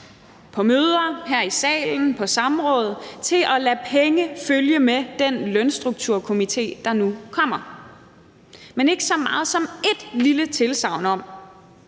på møder, her i salen, på samråd – til at lade pengene følge med den lønstrukturkomité, der nu kommer, men ikke så meget som et lille tilsagn om,